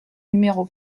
numéro